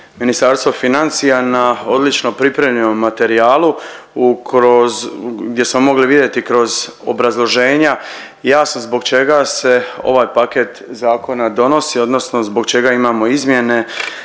Ministarstvo financija na odlično pripremljenom materijalu u kroz gdje smo mogli vidjeti kroz obrazloženja jasno zbog čega se ovaj paket zakona donosi odnosno zbog čega imamo izmjene